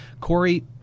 Corey